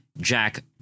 Jack